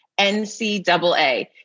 NCAA